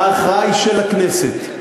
ההכרעה היא של הכנסת.